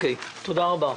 תודה רבה.